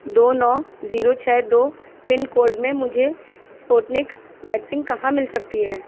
دو نو زیرو چھ دو پن کوڈ میں مجھے اسپوتنک ویکسین کہاں مل سکتی ہے